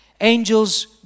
Angels